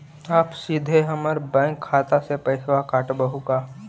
आप सीधे हमर बैंक खाता से पैसवा काटवहु का?